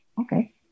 Okay